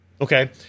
Okay